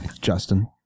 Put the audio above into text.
justin